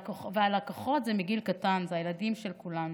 והלקוחות הם מגיל קטן, הם הילדים של כולנו.